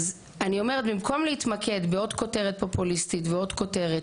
אז אני אומרת במקום להתמקד בעוד כותרת פופוליסטית ועוד כותרת,